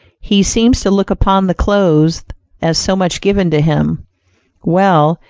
he seems to look upon the clothes as so much given to him well,